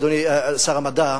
אדוני שר המדע,